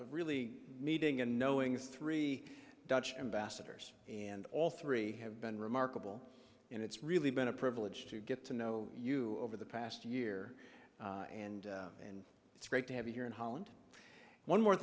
really meeting and knowing these three dutch ambassadors and all three have been remarkable and it's really been a privilege to get to know you over the past year and and it's great to have you here in holland one more